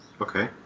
okay